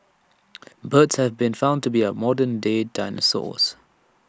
birds have been found to be our modern day dinosaurs